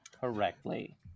correctly